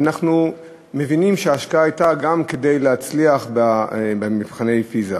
ואנחנו מבינים שההשקעה הייתה גם כדי להצליח במבחני פיז"ה,